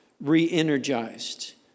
re-energized